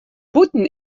bûten